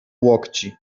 łokci